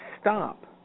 stop